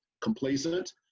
complacent